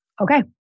Okay